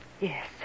Yes